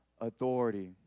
authority